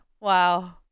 wow